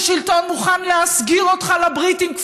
ששלטון מוכן להסגיר אותך לבריטים,